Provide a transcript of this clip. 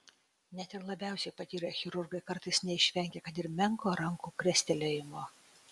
net ir labiausiai patyrę chirurgai kartais neišvengia kad ir menko rankų krestelėjimo